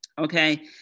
okay